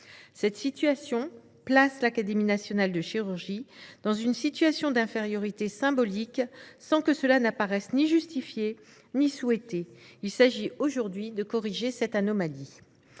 Cela place l’Académie nationale de chirurgie dans une situation d’infériorité symbolique, sans que cela apparaisse ni justifié ni souhaité. Il s’agit aujourd’hui de corriger cette anomalie.